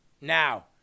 Now